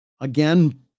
Again